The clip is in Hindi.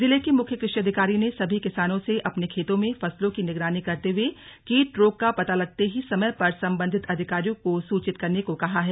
जिले के मुख्य कृषि अधिकारी ने सभी किसानों से अपने खेतों में फसलों की निगरानी करते हुए कीटरोग का पता लगते ही समय पर संबंधित अधिकारियों को सूचित करने को कहा है